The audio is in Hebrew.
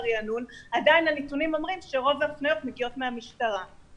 עדיין הנתונים אומרים שרוב ההפניות מגיעות מהמשטרה,